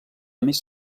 més